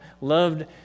Loved